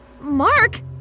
Mark